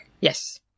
Yes